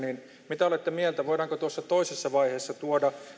mitä olette mieltä voidaanko tuossa toisessa vaiheessa tuoda